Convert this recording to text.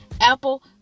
Apple